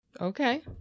Okay